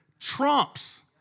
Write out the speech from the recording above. trumps